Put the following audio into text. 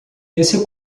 esse